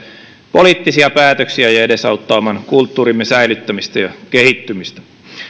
poliittisia päätöksiä ja edesauttaa oman kulttuurimme säilyttämistä ja kehittymistä